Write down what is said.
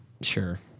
Sure